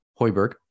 Hoiberg